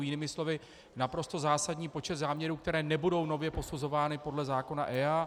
Jinými slovy naprosto zásadní počet záměrů, které nebudou nově posuzovány podle zákona EIA.